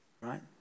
right